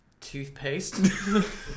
toothpaste